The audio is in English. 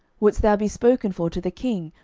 wouldest thou be spoken for to the king,